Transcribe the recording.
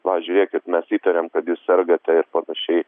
va žiūrėkit mes įtarėm kad jūs sergate ir panašiai